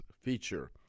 Feature